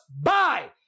bye